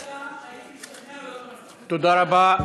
הייתי משתכנע ולא הייתי תומך, תודה רבה.